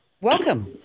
Welcome